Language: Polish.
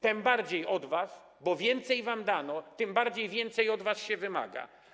Tym bardziej od was, bo więcej wam dano, tym więcej od was się wymaga.